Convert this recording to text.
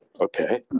Okay